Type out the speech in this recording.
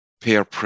peer